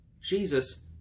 Jesus